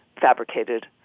fabricated